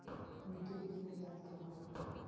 मिट्टी कितना जात के होब हय?